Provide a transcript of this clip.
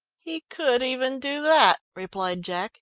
he could even do that, replied jack.